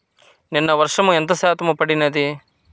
నిన్న వర్షము ఎంత శాతము పడినది?